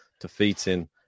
defeating